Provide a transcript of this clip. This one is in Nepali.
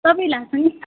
तपाईँ लासाङ